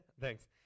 Thanks